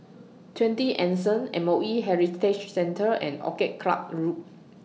twenty Anson M O E Heritage Centre and Orchid Club Road